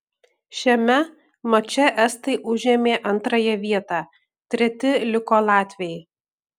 šiame mače estai užėmė antrąją vietą treti liko latviai